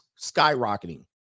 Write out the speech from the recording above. skyrocketing